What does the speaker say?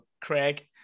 craig